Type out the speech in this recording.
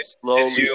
slowly